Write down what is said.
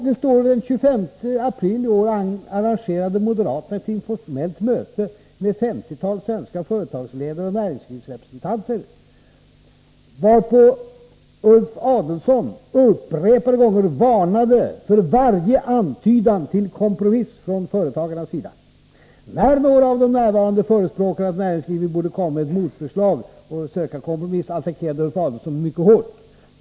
Men den 25 april i år arrangerade moderaterna ett informellt möte med ett femtiotal svenska företagare och näringslivsrepresentanter, varpå Ulf Adelsohn upprepade gånger varnade för varje antydan till kompromiss från företagarnas sida. När någon av de närvarande förespråkade att näringslivet borde komma med ett motförslag och söka kompromissa, attackerade Ulf Adelsohn mycket hårt.